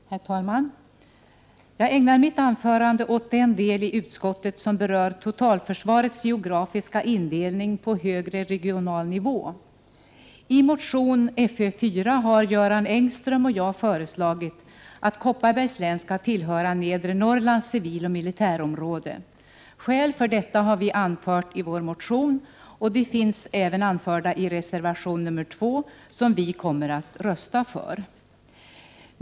Herr talman! Jag skall ägna mitt anförande åt den del av utskottets betänkande som berör totalförsvarets geografiska indelning på högre regional nivå. I motion FÖ4 har Göran Engström och jag föreslagit att Kopparbergs län skall tillhöra Nedre Norrlands civiloch militärområde. Skäl för detta har vi anfört i vår motion, och de finns även anförda i reservation nr 2, som vi kommer att rösta för.